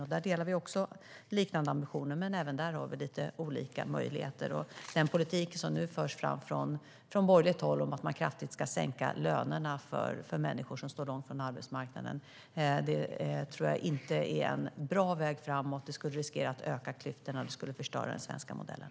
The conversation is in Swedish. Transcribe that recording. Även där har vi liknande ambitioner men lite olika metoder. Den politik som nu förs fram från borgerligt håll, det vill säga att man ska kraftigt sänka lönerna för människor som står långt från arbetsmarknaden, tror jag inte är en bra väg framåt. Det skulle riskera att öka klyftorna, och det skulle förstöra den svenska modellen.